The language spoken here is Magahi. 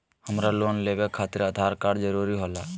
हमरा लोन लेवे खातिर आधार कार्ड जरूरी होला?